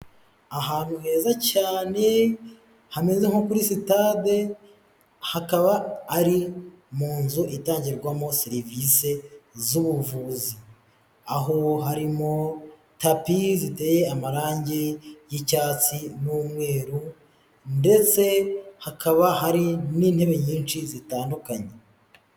Ahantu heza cyane, hameze nko kuri sitade, hakaba ari mu nzu itangirwamo serivise z'ubuvuzi. Aho harimo tapi ziteye amarangi y'icyatsi n'umweru, ndetse hakaba hari n'intebe nyinshi zitandukanye.